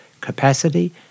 capacity